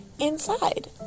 inside